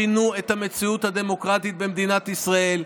שינו את המציאות הדמוקרטית במדינת ישראל,